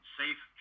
safe